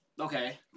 Okay